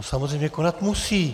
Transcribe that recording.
Samozřejmě konat musí.